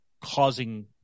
causing